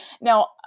Now